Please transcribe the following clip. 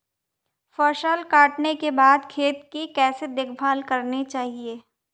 फसल काटने के बाद खेत की कैसे देखभाल करनी चाहिए?